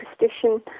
superstition